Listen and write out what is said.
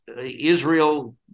Israel